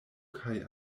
kaj